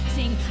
Sing